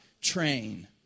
train